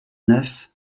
neuf